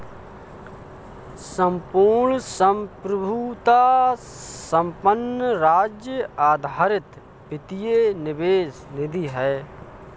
संपूर्ण संप्रभुता संपन्न राज्य आधारित वित्तीय निवेश निधि है